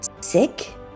sick